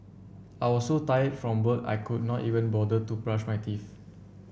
I was so tired from work I could not even bother to brush my teeth